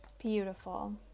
Beautiful